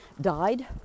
died